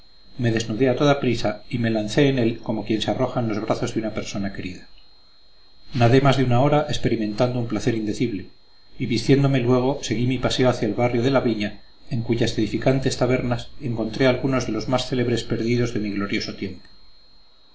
me desnudé a toda prisa y me lancé en él como quien se arroja en los brazos de una persona querida nadé más de una hora experimentando un placer indecible y vistiéndome luego seguí mi paseo hacia el barrio de la viña en cuyas edificantes tabernas encontré algunos de los más célebres perdidos de mi glorioso tiempo